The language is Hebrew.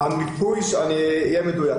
אני אהיה מדויק.